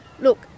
Look